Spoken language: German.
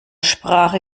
sprache